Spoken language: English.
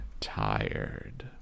tired